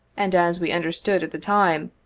and as we understood at the time,